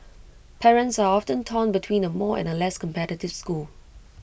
parents are often torn between A more and A less competitive school